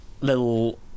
little